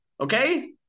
Okay